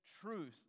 truth